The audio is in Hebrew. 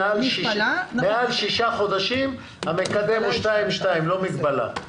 מעל ששה חודשים המקדם הוא 2.2, לא מגבלה.